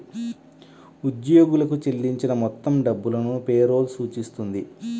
ఉద్యోగులకు చెల్లించిన మొత్తం డబ్బును పే రోల్ సూచిస్తుంది